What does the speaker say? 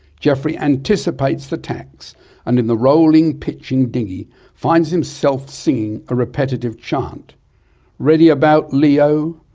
geoffrey anticipates the tacks and in the rolling, pitching dinghy finds himself singing a repetitive chant ready about lee oh,